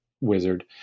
wizard